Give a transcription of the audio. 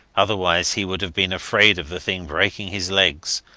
otherwise he would have been afraid of the thing breaking his legs,